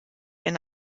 eine